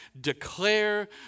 declare